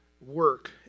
work